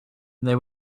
they